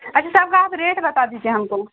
اچھا سر آپ ریٹ بتا دیجیے ہم کو